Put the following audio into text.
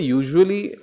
usually